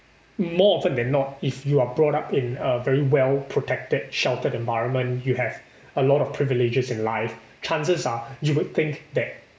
more often than not if you are brought up in a very well protected sheltered environment you have a lot of privileges in life chances are you would think that